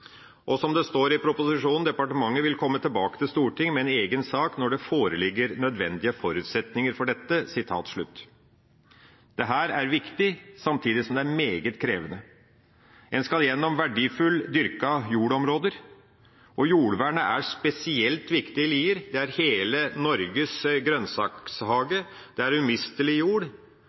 Som det står i proposisjonen: Departementet vil komme tilbake til Stortinget med en egen sak «når det foreligger nødvendige forutsetninger for dette». Dette er viktig, samtidig som det er meget krevende. En skal gjennom verdifulle, dyrkede jordområder, og jordvernet er spesielt viktig i Lier. Det er hele Norges grønnsakhage, det er umistelig jord,